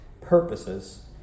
purposes